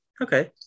Okay